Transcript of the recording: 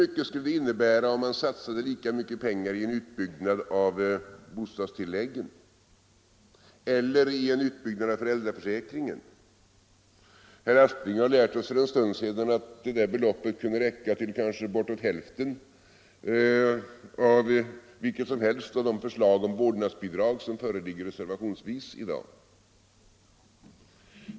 Vad skulle det innebära om man satsade lika mycket pengar i en utbyggnad av bostadstilläggen eller i en utbyggnad av föräldraförsäkringen? Herr Aspling har lärt oss för en stund sedan att beloppet kanske kan räcka till bortåt hälften av vilket som helst av de förslag om vårdnadsbidrag som föreligger reservationsvis i dag.